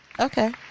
Okay